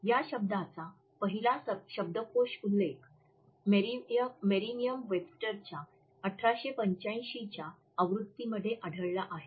या शब्दाचा पहिला शब्दकोष उल्लेख मेरीमियम वेब्स्टरच्या १८८५ च्या आवृत्तीमध्ये आढळला आहे